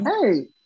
hey